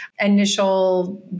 initial